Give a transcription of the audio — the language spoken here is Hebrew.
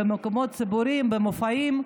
במקומות ציבוריים ובמופעים.